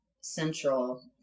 central